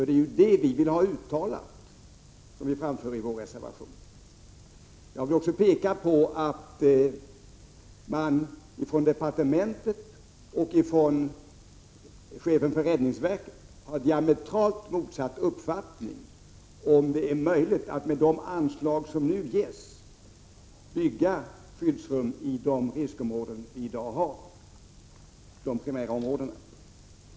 Det är ju detta som vi vill ha uttalat, vilket vi framför i vår reservation. Jag vill också peka på att departementet och chefen för räddningsverket har diametralt motsatta uppfattningar om huruvida det är möjligt att med de anslag som nu ges bygga skyddsrum i riskområdena — i de primära områdena.